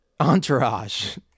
entourage